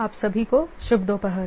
आप सभी को शुभ दोपहर